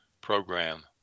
program